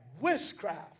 witchcraft